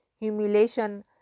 Humiliation